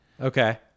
Okay